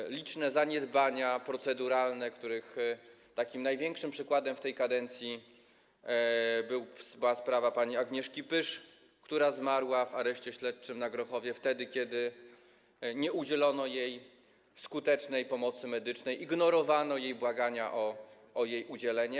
Były liczne zaniedbania proceduralne, których najlepszym przykładem w tej kadencji była sprawa pani Agnieszki Pysz, która zmarła w areszcie śledczym na Grochowie, kiedy nie udzielono jej skutecznej pomocy medycznej, ignorowano jej błagania o jej udzielenie.